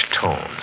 tones